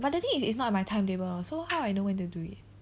but the thing is it's not in my timetable so how I know when to do it